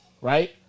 right